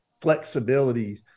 flexibility